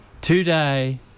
today